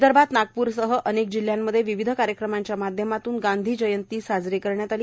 विंदर्भात नागपूरसह अन्य जिल्ह्यांमध्ये विविध कार्यक्रमांच्यामाध्यमाने गांधी जयंती साजरी करण्यात आली